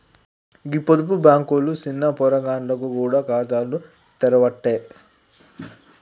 గీ పొదుపు బాంకులు సిన్న పొలగాండ్లకు గూడ ఖాతాలు తెరవ్వట్టే